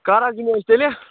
کَر حظ یِمو أسۍ تیٚلہِ